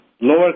lower